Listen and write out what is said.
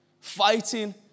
fighting